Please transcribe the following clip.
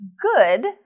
good